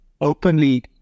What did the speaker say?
openly